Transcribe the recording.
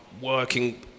working